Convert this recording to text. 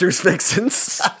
Fixins